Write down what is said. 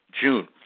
June